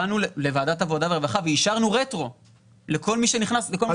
באנו לוועדת העבודה והרווחה ואישרנו רטרו לכל מי שנכנס נתנו,